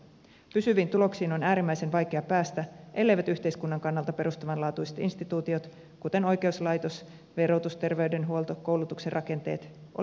pysyviin tuloksiin on äärimmäisen vaikea päästä el leivät yhteiskunnan kannalta perustavanlaatuiset instituutiot kuten oikeuslaitos verotus terveydenhuolto ja koulutuksen rakenteet ole kunnossa